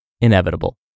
inevitable